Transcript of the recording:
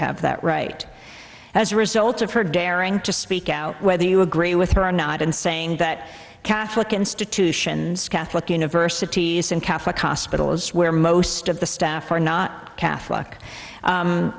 have that right as a result of her daring to speak out whether you agree with her or not and saying that catholic institutions catholic universities and catholic hospitals where most of the staff are not catholic